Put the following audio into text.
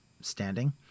standing